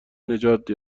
نجات